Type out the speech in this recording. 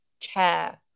care